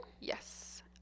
Yes